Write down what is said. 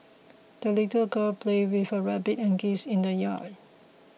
the little girl played with her rabbit and geese in the yard